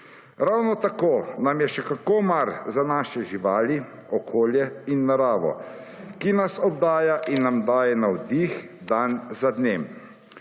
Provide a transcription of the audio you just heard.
Ravno tako nam je še kako mar za naše živali, okolje in naravo, ki nas obdaja in nam daje navdih dan za dnem.